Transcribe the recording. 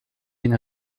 den